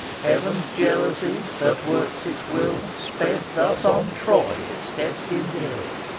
heaven's jealousy, that works its will, sped thus on troy its destined ill,